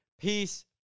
Peace